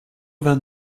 vingt